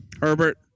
Herbert